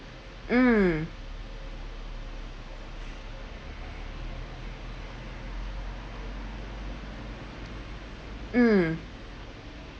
mm mm